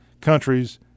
countries